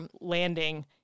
landing